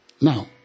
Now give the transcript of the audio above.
Now